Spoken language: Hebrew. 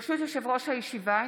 ברשות יושב-ראש הישיבה,